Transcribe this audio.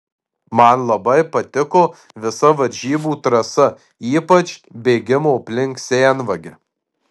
man labai patiko visa varžybų trasa ypač bėgimo aplink senvagę